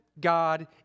God